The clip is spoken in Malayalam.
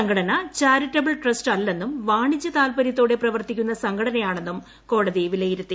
സംഘടന ചാരിറ്റബിൾ ട്രസ്റ്റ് അല്ലെന്നും വാണിജ്യ താൽപര്യത്തോടെ പ്രവർത്തിക്കുന്ന സംഘടനയാണെന്നും കോടതി വിലയിരുത്തി